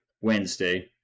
Wednesday